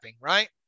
right